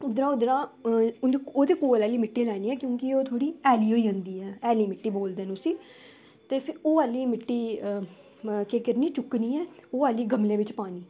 उद्धरा उद्धरा ओह्दे कोल आह्ली मिट्टी लैनी ऐ क्योंकि ओह् थोह्ड़ी हैली होई जंदी ऐ हैली मिट्टी बोलदे न उसी ते फिर ओह् आह्ली मिट्टी केह् करनी चुक्कनी ऐ ओह् आह्ली गमले बिच्च पानी